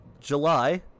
July